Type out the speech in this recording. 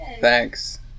Thanks